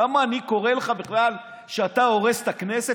למה אני קורא לך בכלל שאתה הורס את הכנסת?